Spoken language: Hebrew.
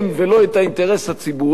ולא את האינטרס הציבורי,